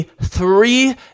three